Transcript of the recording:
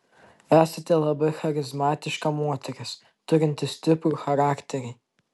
esate labai charizmatiška moteris turinti stiprų charakterį